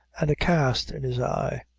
and a cast in his eye.